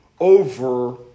over